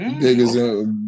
Biggest